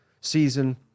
season